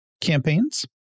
campaigns